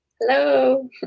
Hello